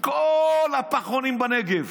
את כל הפחונים בנגב,